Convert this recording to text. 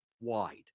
wide